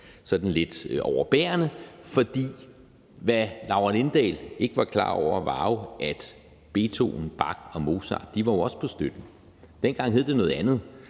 sådan lidt overbærende, for hvad Laura Lindahl ikke var klar over, var, at Beethoven, Bach og Mozart jo også var på støtten. Dengang hed det noget andet